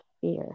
fear